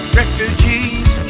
refugees